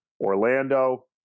Orlando